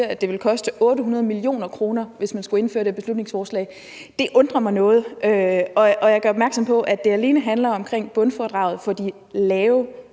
at det ville koste 800 mio. kr., hvis man skulle indføre det her beslutningsforslag. Det undrer mig noget, og jeg gør opmærksom på, at det alene handler om bundfradraget for de